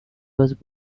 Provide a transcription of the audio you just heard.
was